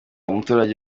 umuturage